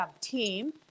team